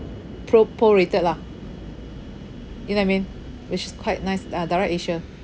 pro~ prorated lah you know I mean which is quite nice uh DirectAsia